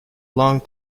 long